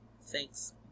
Thanks